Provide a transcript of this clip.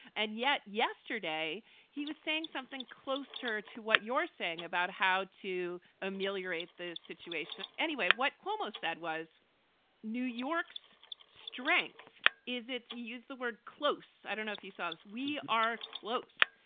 and yet yesterday he was saying something closer to what you're saying about how to ameliorate the situation. anyway, what cuomo said was new york's strength is it? he used the word close. i don't know if you saw this. we are close,